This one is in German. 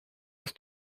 ist